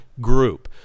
group